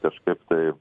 kažkaip tai